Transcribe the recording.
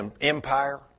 empire